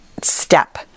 step